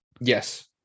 Yes